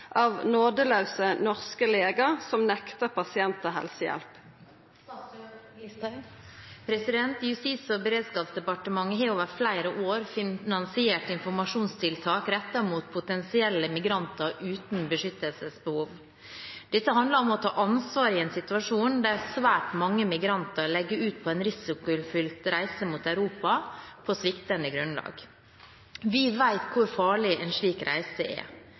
av nådelause norske legar som nektar pasientar helsehjelp?» Justis- og beredskapsdepartementet har over flere år finansiert informasjonstiltak rettet mot potensielle migranter uten beskyttelsesbehov. Dette handler om å ta ansvar i en situasjon der svært mange migranter legger ut på en risikofylt reise mot Europa på sviktende grunnlag. Vi vet hvor farlig en slik reise er. Mange utsettes for overgrep, utnyttelse eller kidnapping. Forholdene for migranter i Libya er